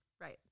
Right